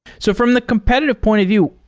so from the competitive point of view,